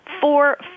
four